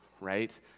right